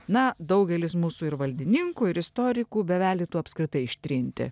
na daugelis mūsų ir valdininkų ir istorikų bevelytų apskritai ištrinti